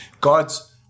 God's